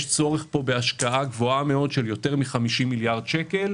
יש פה צורך בהשקעה גבוהה מאוד של יותר מ-50 מיליארד שקל.